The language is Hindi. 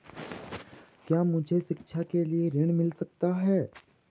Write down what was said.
क्या मुझे शिक्षा के लिए ऋण मिल सकता है?